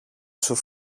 σου